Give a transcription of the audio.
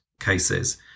cases